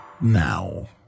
now